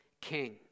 king